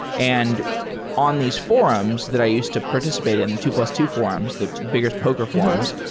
and on these forums that i used to participate in, the two plus two forums, the biggest poker forums,